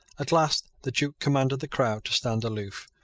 at last the duke commanded the crowd to stand aloof,